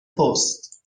پست